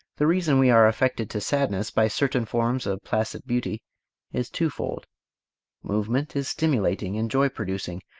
the reason we are affected to sadness by certain forms of placid beauty is twofold movement is stimulating and joy-producing,